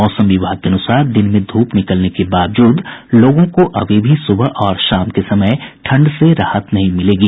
मौसम विभाग के अनुसार दिन में धूप निकलने के बावजूद लोगों को अभी भी सुबह और शाम के समय ठंड से राहत नहीं मिलेगी